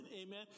amen